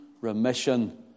remission